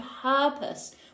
purpose